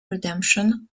redemption